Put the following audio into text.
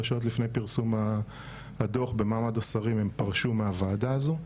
24 שעות לפני פרסום הדו"ח במעמד השרים הם החליטו ל]פרוש מהוועדה הזו.